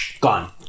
gone